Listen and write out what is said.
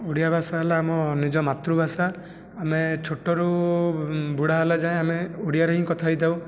ଓଡ଼ିଆ ଭାଷା ହେଲା ଆମ ନିଜ ମାତୃଭାଷା ଆମେ ଛୋଟରୁ ବୁଢ଼ା ହେଲା ଯାଏଁ ଆମେ ଓଡ଼ିଆରେ ହିଁ କଥା ହୋଇଥାଉ